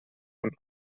und